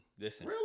Listen